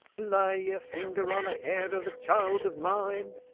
lay a linger on a hair of a child of mine,